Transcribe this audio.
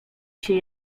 się